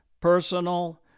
Personal